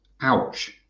ouch